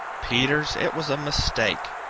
peters, it was a mistake.